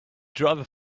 diver